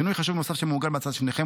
שינוי חשוב נוסף שמעוגן בהצעה שבפניכם